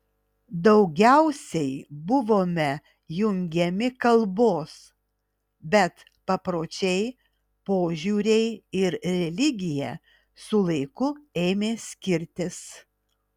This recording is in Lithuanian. daugiausiai buvome jungiami kalbos bet papročiai požiūriai ir religija su laiku ėmė skirtis